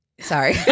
Sorry